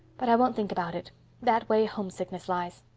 but i won't think about it that way homesickness lies.